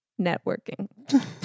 networking